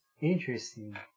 Interesting